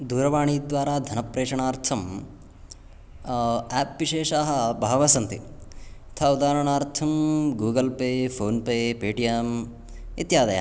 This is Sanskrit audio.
दूरवाणीद्वारा धनप्रेषणार्थम् आप् विशेषाः बहवः सन्ति तथा उदाहरणार्थं Google pay PhonePe Paytm इत्यादयः